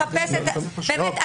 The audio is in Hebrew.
לחפש את ה באמת,